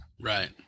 right